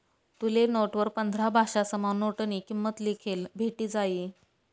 तुले नोटवर पंधरा भाषासमा नोटनी किंमत लिखेल भेटी जायी